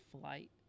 flight